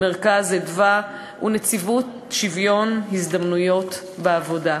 "מרכז אדוה" ונציבות שוויון הזדמנויות בעבודה.